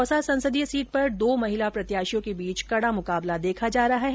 दौसा संसदीय सीट पर दो महिला प्रत्याशियों के बीच कड़ा मुकाबला देखा जा रहा है